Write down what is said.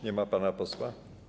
Nie ma pana posła?